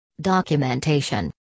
documentation